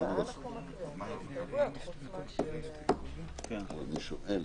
לאסוף את כל התקש"חים למיניהם,